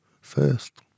first